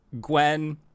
Gwen